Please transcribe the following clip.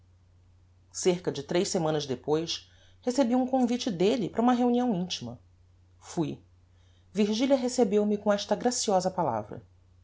cerca de tres semanas depois recebi um convite delle para uma reunião intima fui virgilia recebeu-me com esta graciosa palavra